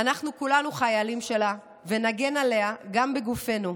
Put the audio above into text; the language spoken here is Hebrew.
"אנחנו כולנו חיילים שלה, ונגן עליה גם בגופנו.